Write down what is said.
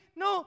no